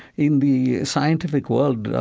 in the scientific world,